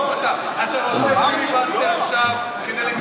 אתה עושה פיליבסטר עכשיו כדי לקיים,